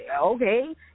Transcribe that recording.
okay